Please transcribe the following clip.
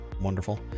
Wonderful